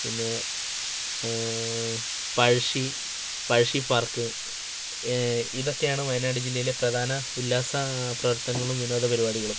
പിന്നെ പഴശ്ശി പഴശ്ശി പാർക്ക് ഇതൊക്കെയാണ് വയനാട് ജില്ലയിലെ പ്രധാന ഉല്ലാസ പ്രവർത്തനങ്ങളും വിനോദ പരിപാടികളും